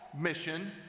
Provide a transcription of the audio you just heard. mission